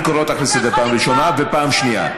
אני קורא אותך לסדר פעם ראשונה ופעם שנייה.